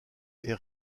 est